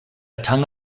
tongue